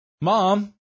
Mom